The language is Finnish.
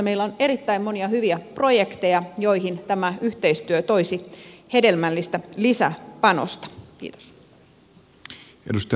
meillä on erittäin monia hyviä projekteja joihin tämä yhteistyö toisi hedelmällistä lisäpanosta